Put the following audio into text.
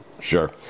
Sure